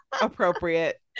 appropriate